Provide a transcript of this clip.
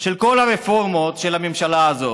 של הממשלה הזאת.